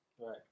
Right